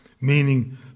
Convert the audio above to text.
meaning